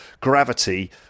gravity